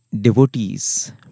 devotees